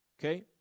Okay